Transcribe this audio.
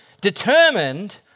determined